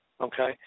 okay